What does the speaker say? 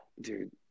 Dude